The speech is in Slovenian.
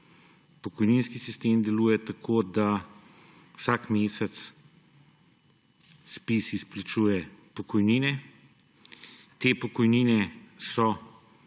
Pokojninski sistem deluje tako, da vsak mesec ZPIZ izplačuje pokojnine, te pokojnine so